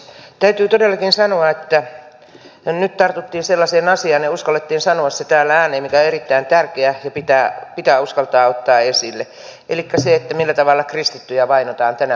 täytyy todellakin sanoa että nyt tartuttiin sellaiseen asiaan ja uskallettiin sanoa se täällä ääneen mikä on erittäin tärkeä ja pitää uskaltaa ottaa esille elikkä siihen millä tavalla kristittyjä vainotaan tänä päivänä